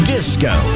Disco